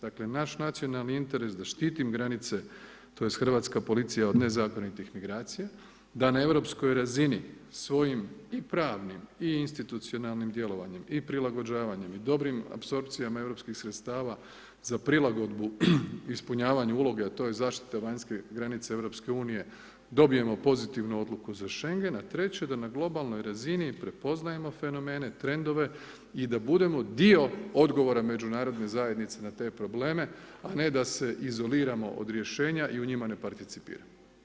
Dakle, naš nacionalni interes da štiti granice, tj. hrvatska policija od nezakonitih migracija, da na europskoj razini, svojim i pravnim i institucionalnim djelovanjem i prilagođavanjem i dobrim apsorpcijama europskih sredstava za prilagodbu i ispunjavanje uloge, a to je zaštita vanjske granice EU, dobijemo pozitivnu odluku za Schengen, a treće, da na globalnoj razini prepoznajemo fenomene, trendove i da budemo dio odgovora međunarodne zajednice na te probleme a ne da se izoliramo od rješenja i njima ne participiramo.